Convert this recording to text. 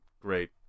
great